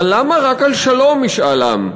אבל למה רק על שלום משאל עם?